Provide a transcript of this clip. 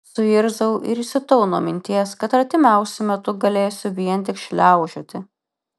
suirzau ir įsiutau nuo minties kad artimiausiu metu galėsiu vien tik šliaužioti